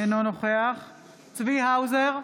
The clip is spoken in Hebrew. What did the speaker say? אינו נוכח צבי האוזר,